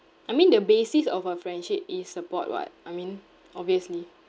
I mean the basis of a friendship is support [what] I mean obviously